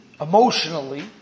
emotionally